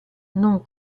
non